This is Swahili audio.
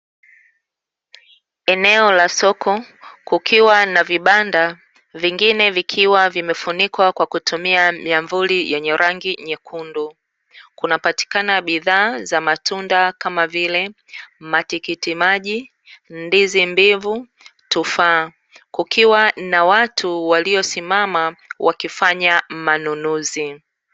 Eneo la soko kukiwa na vibanda, vingine vikiwa vimefunikwa kwa kutumia myamvuli yenye rangi nyekundu. Kunapatikana bidhaa za matunda kama vile matikitimaji, ndizi mbivu, tufaa. Kukiwa na watu waliosimama, wakifanya manunuzi.